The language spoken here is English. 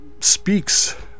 speaks